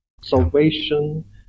salvation